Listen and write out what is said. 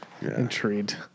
intrigued